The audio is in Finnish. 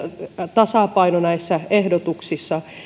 tasapaino näissä ehdotuksissa